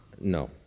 No